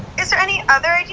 is there any other